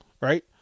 Right